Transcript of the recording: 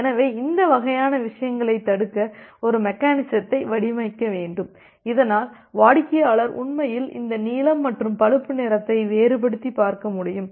எனவே இந்த வகையான விஷயங்களைத் தடுக்க ஒரு மெக்கெனிசத்தை வடிவமைக்க வேண்டும் இதனால் வாடிக்கையாளர் உண்மையில் இந்த நீலம் மற்றும் பழுப்பு நிறத்தை வேறுபடுத்திப் பார்க்க முடியும்